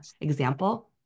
example